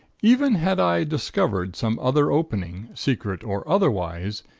even had i discovered some other opening, secret or otherwise,